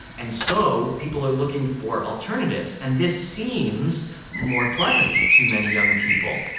and so people are looking for alternatives, and this seems more pleasant to many young people.